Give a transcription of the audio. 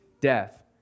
death